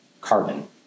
carbon